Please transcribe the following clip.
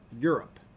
Europe